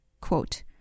Quote